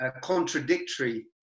contradictory